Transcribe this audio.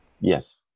Yes